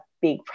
big